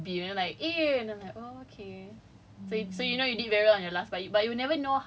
mm will I get a B or A and then you'll think you will get a B you know like A and then like okay